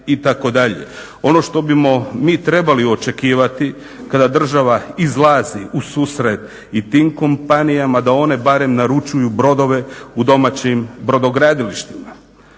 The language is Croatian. Ono što bismo mi trebali očekivati kada država izlazi u susret i tim kompanijama da one barem naručuju brodove u domaćim brodogradilištima.